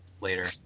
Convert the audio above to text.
later